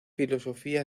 filosofía